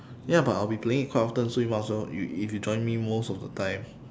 ya but I'll be playing it quite often so you might as well if if you join me most of the time